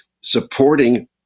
supporting